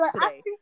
today